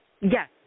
Yes